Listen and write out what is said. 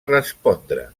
respondre